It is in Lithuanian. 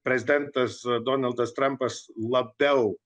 prezidentas donaldas trumpas labiau